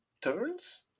turns